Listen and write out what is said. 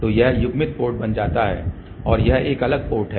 तो यह युग्मित पोर्ट बन जाता है और यह एक अलग पोर्ट है